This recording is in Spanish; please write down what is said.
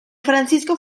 francisco